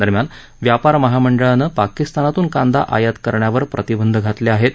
दरम्यान व्यापार महामंडळानं पाकिस्तानातून कांदा यात करण्यावर प्रतिबंध घातले हेत